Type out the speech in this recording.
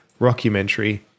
rockumentary